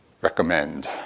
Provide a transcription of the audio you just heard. recommend